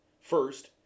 First